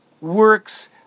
works